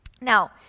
Now